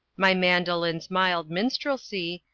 my mandolin's mild minstrelsy,